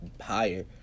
higher